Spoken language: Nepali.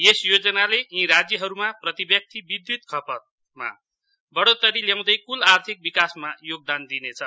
यस योजनाले यी राज्यहरूमा प्रति व्यक्ति विद्युत खपतमा बढोत्तरी ल्याउँदै कूल आर्थिक विकासमा योगदान दिनेछ